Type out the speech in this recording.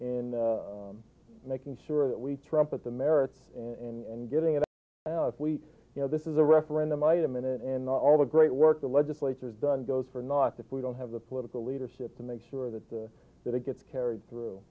in making sure that we trumpet the merits in getting it out if we you know this is a referendum item in it and all the great work the legislatures done goes for not if we don't have the political leadership to make sure that the that it gets carried through